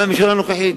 גם לממשלה הנוכחית.